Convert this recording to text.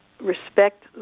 respect